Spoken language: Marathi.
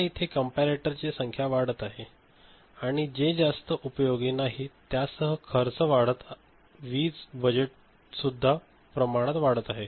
आता इथे कॅम्परेटर ची संख्या वाढत आहे आणि जे जास्त उपयोगी नाही त्यासह खर्च वाढत आहे वीज बजेट सुद्धा प्रमाणात वाढत आहे